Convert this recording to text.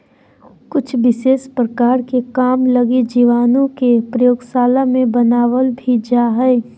कुछ विशेष प्रकार के काम लगी जीवाणु के प्रयोगशाला मे बनावल भी जा हय